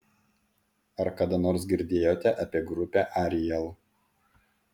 ar kada nors girdėjote apie grupę ariel